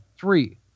three